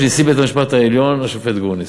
נשיא בית-המשפט העליון השופט גרוניס.